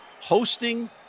hosting